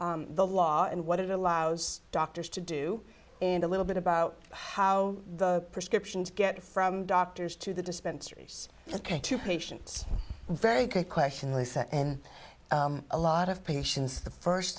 about the law and what it allows doctors to do and a little bit about how the prescriptions get from doctors to the dispensers ok to patients very good question lisa and a lot of patients the first